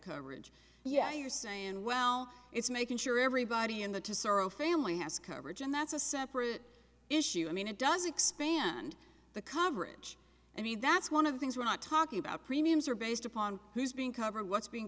coverage yeah you're saying wow it's making sure everybody in the to sorrow family has coverage and that's a separate issue i mean it doesn't expand the coverage i mean that's one of the things we're not talking about premiums are based upon who's being covered what's being